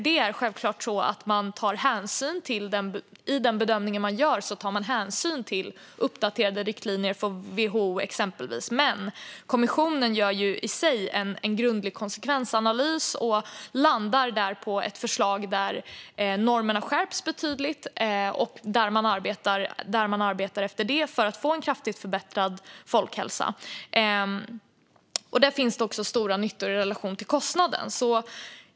Det är självklart så att man i den bedömning man gör tar hänsyn till uppdaterade riktlinjer från exempelvis WHO, men kommissionen gör en grundlig konsekvensanalys och landar där i ett förslag där normerna skärps betydligt och där man arbetar efter detta för att få en kraftigt förbättrad folkhälsa. Där finns det också stora nyttor i relation till kostnaden.